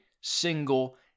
single